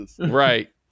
Right